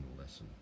lesson